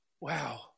Wow